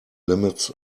limits